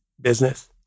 business